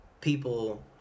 people